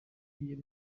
y’iyo